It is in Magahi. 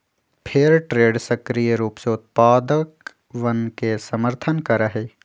फेयर ट्रेड सक्रिय रूप से उत्पादकवन के समर्थन करा हई